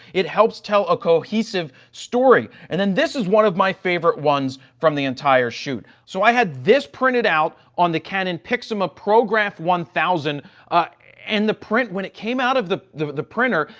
it helps tell a cohesive story. and then this is one of my favorite ones from the entire shoot. so, i had this printed out on the canon pixma prograf one thousand ah and the print. when it came out of the the printer,